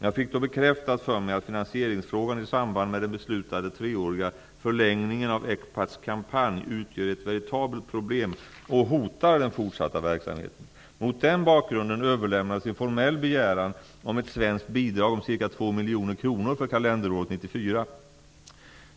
Jag fick då bekräftat för mig att finansieringsfrågan i samband med den beslutade treåriga förlängningen av ECPAT:s kampanj utgör ett veritabelt problem och hotar den fortsatta verksamheten. Mot den bakgrunden överlämnades en formell begäran om ett svenskt bidrag om ca 2 miljoner kronor för kalenderåret 1994.